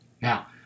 Now